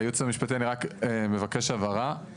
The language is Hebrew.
היועץ המשפטי, אני רק מבקש הבהרה.